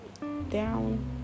down